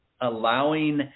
allowing